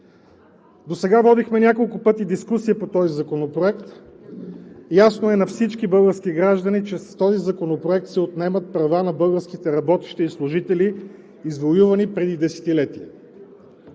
Досега водихме няколко пъти дискусия по този законопроект. Ясно е на всички български граждани, че с него се отнемат права на българските работещи и служители, извоювани преди десетилетия.